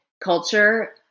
culture